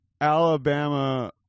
Alabama